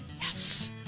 yes